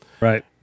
Right